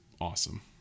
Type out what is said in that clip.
awesome